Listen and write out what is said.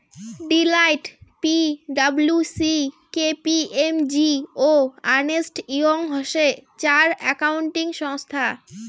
Deloitte, P W C, K P M G ও Ernst Young হসে চার accounting সংস্থা